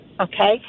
Okay